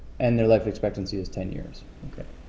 and their life expectancy is ten years. okay.